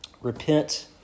Repent